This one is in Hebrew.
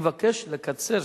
אני מבקש לקצר.